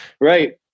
Right